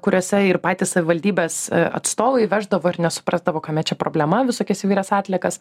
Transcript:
kuriuose ir patys savivaldybės atstovai veždavo ir nesuprasdavau kame čia problema visokias įvairias atliekas